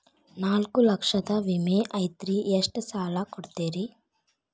ನಾಲ್ಕು ಲಕ್ಷದ ವಿಮೆ ಐತ್ರಿ ಎಷ್ಟ ಸಾಲ ಕೊಡ್ತೇರಿ?